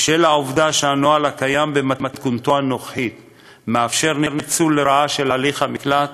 בשל העובדה שהנוהל הקיים במתכונתו כיום מאפשר ניצול לרעה של הליך המקלט